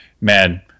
man